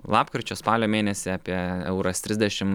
lapkričio spalio mėnesį apie euras trisdešim